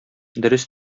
дөрес